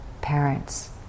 parents